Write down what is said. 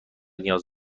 نیاز